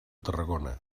tarragona